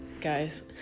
guys